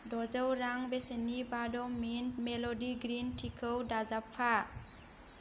द'जौ रां बेसेननि वादम मिन्ट मेल'दि ग्रिन टि खौ दाजाबफा